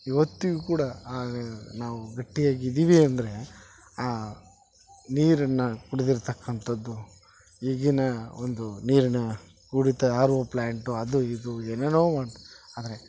ಇವತ್ತಿಗು ಕೂಡ ಆ ನಾವು ಗಟ್ಟಿಯಾಗಿ ಇದ್ದೀವಿ ಅಂದರೆ ಆ ನೀರನ್ನು ಕುಡಿದಿರ್ತಕ್ಕಂತದ್ದು ಈಗಿನ ಒಂದು ನೀರಿನ ಕುಡಿತ ಆರ್ ಒ ಪ್ಲ್ಯಾಂಟು ಅದು ಇದು ಏನೇನೊ ಉಂಟು ಆದರೆ